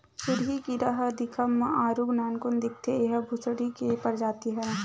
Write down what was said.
सुरही कीरा ह दिखब म आरुग नानकुन दिखथे, ऐहा भूसड़ी के ही परजाति हरय